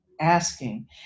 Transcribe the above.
asking